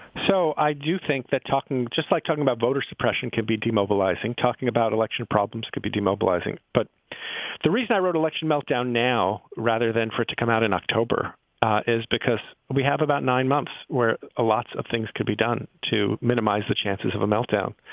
so i do think that talking just like talking about voter suppression can be demobilising talking about election problems could be demobilising. but the reason i wrote election meltdown now, rather than for it to come out in october is because we have about nine months where lots of things can be done to minimize the chances of a meltdown,